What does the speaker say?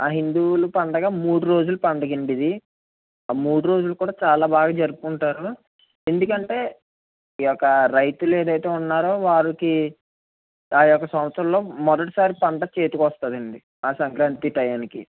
ఆ హిందువుల పండుగ మూడు రోజుల పండుగ అండి ఇది ఆ మూడు రోజులు కూడా చాలా బాగా జరుపుకుంటారు ఎందుకంటే ఈ యొక్క రైతులు ఏదైతే ఉన్నారో వారికి ఆ యొక్క సంవత్సరంలో మొదటిసారి పంట చేతికి వస్తుంది అండి ఆ సంక్రాంతి టయానికి